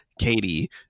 Katie